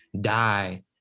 die